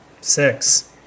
Six